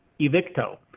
Evicto